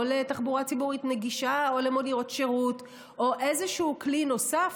לתחבורה ציבורית נגישה או למוניות שירות או איזשהו כלי נוסף,